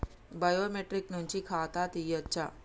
Biometric నుంచి ఖాతా తీయచ్చా?